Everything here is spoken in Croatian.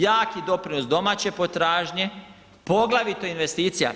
Jaki doprinos domaće potražnje, poglavito investicija.